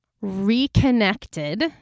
reconnected